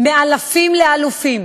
"מאלפים לאלופים".